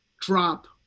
drop